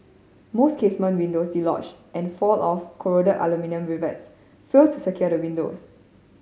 most casement windows dislodge and fall off corroded aluminium rivets fail to secure the windows